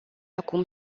acum